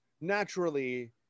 naturally